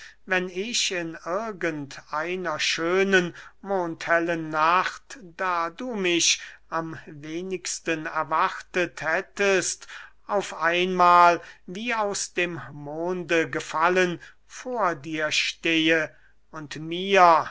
wenn ich in irgend einer schönen mondhellen nacht da du mich am wenigsten erwartet hättest auf einmahl wie aus dem monde gefallen vor dir stehe und mir